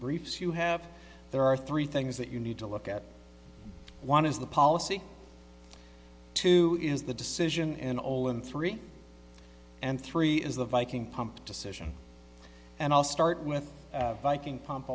briefs you have there are three things that you need to look at one is the policy two is the decision in all in three and three is the viking pump decision and i'll start with viking pump